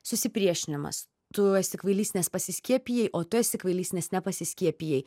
susipriešinimas tu esi kvailys nes pasiskiepijai o tu esi kvailys nes nepasiskiepijai